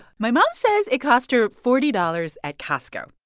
my mom says it cost her forty dollars at costco